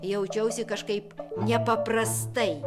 jaučiausi kažkaip nepaprastai